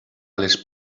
les